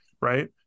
right